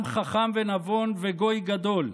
עם חכם ונבון וגוי גדול,